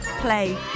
play